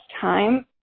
time